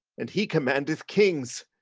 and he commandedeth kings.